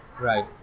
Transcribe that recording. Right